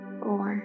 four